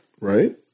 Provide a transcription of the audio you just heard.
right